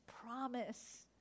promise